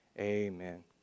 Amen